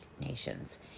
nations